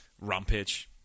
Rampage